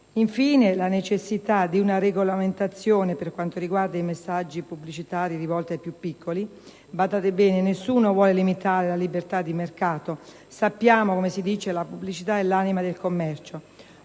la necessità di una regolamentazione per quanto riguarda i messaggi pubblicitari rivolti ai più piccoli. Badate bene, nessuno vuole limitare la libertà di mercato e sappiamo che, come si dice, «la pubblicità è l'anima del commercio».